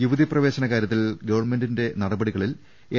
യുവതി പ്രവേ ശന കാര്യത്തിൽ ഗവൺമെന്റിന്റെ നടപടികളിൽ എൻ